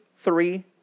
three